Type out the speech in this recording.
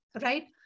right